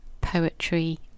poetry